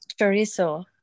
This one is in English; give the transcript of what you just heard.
chorizo